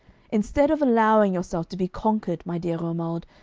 instead of allowing yourself to be conquered, my dear romuald,